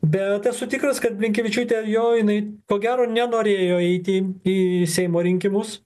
bet esu tikras kad blinkevičiūtė jo jinai ko gero nenorėjo eiti į seimo rinkimus